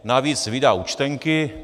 Navíc vydá účtenky.